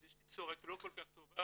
אז יש לי בשורה לא כל כך טובה,